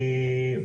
מאה אחוז.